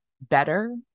better